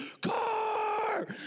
car